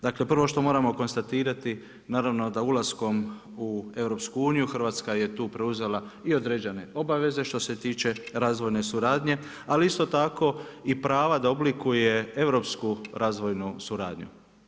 Dakle prvo što moramo konstatirati, naravno da ulaskom u EU Hrvatska je tu preuzela i određene obaveze što se tiče razvojne suradnje ali isto tako i prava da oblikuje europsku razvojnu suradnju.